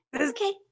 Okay